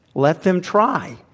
let them try.